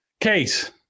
case